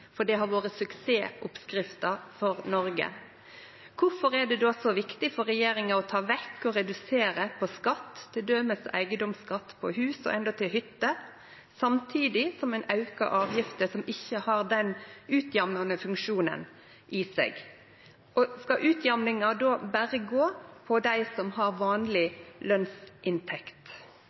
for det har vore suksessoppskrifta for Noreg. Kvifor er det då så viktig for regjeringa å ta vekk eller redusere skatt, t.d. eigedomsskatten på hus og endåtil hytter, samtidig som ein aukar avgifter som ikkje har den utjamnande funksjonen i seg? Og skal utjamninga berre gjelde dei som har vanleg